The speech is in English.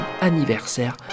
anniversaire